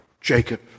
Jacob